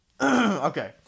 Okay